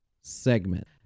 segment